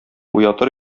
уятыр